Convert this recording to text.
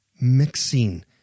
mixing